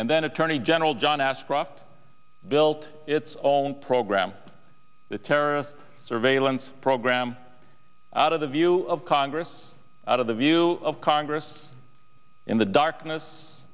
and then attorney general john ashcroft built its own program the terrorist surveillance program out of the view of congress out of the view of congress in the darkness